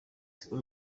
tigo